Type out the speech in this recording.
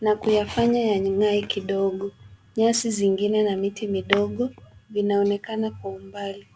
na kuyafanya yang'ae kidogo . Nyasi zingine na miti midogo vinaonekana kwa umbali.